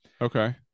Okay